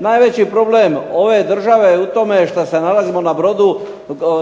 Najveći problem ove države je u tome što se nalazimo na brodu